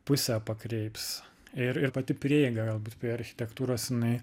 pusę pakreips ir ir pati prieiga prie architektūros jinai